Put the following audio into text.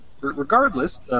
Regardless